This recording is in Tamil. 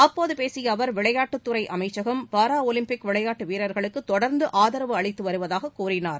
அப்போது பேசிய அவர் விளையாட்டுத்துறை அமைச்சகம் பாரா ஒலிம்பிக் விளையாட்டு வீரர்களுக்கு தொடர்ந்து ஆதரவு அளித்து வருவதாக கூறினார்